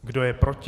Kdo je proti?